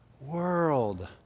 world